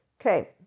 Okay